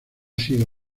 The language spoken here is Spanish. sido